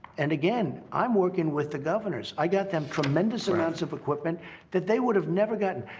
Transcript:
and again, i'm working with the governors. i got them tremendous amounts of equipment that they would've never gotten.